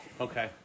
Okay